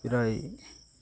প্রায়